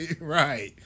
Right